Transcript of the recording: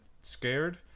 scared